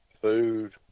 food